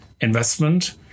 investment